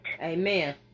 Amen